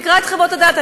תקרא את חוות הדעת,